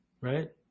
right